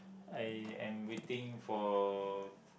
I am waiting for